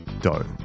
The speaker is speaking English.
dough